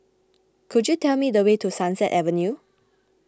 could you tell me the way to Sunset Avenue